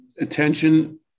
attention